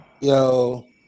yo